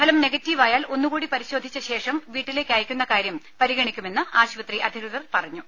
ഫലം നെഗറ്റീവായാൽ ഒന്നുകൂടി പരിശോധിച്ചശേഷം വീട്ടിലേക്കയക്കുന്ന കാര്യം പരിഗണിക്കുമെന്ന് ആശുപത്രി അധികൃതർ പറഞ്ഞു